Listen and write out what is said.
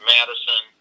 Madison